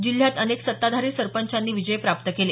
जिल्ह्यात अनेक सत्ताधारी सरपंचांनी विजय प्राप्त केले